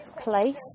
place